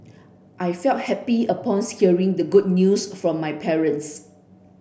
I felt happy upon hearing the good news from my parents